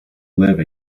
live